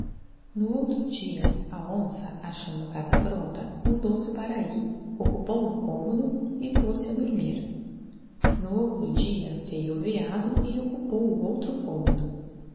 no outro dia a onça achando a casa prompta mudou-se para ahi occupou um commodo e poz-se a dormir no outro dia veio o veado e occupou o outra commodo